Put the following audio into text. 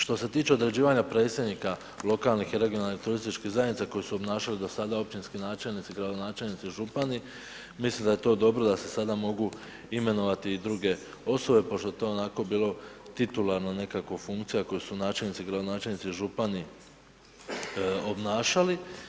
Što se tiče određivanja predsjednika lokalnih i regionalnih turističkih zajednica koje su obnašali do sada općinski načelnici, gradonačelnici, župani mislim da je to dobro da se sada mogu imenovati i druge osobe pošto je to onako bilo titularno nekako funkcija koju su načelnici, gradonačelnici i župani obnašali.